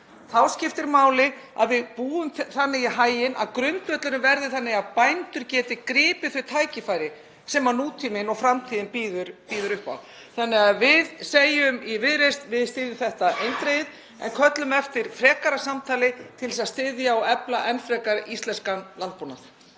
Þá skiptir máli að við búum þannig í haginn að grundvöllurinn verði þannig að bændur geti gripið þau tækifæri sem nútíminn og framtíðin býður upp á. Við í Viðreisn segjum því: Við styðjum þetta eindregið en köllum eftir frekara samtali til að styðja og efla enn frekar íslenskan landbúnað.